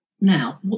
now